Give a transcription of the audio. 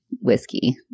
Whiskey